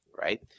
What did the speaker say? right